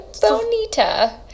Bonita